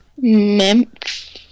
Memphis